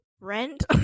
rent